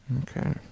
okay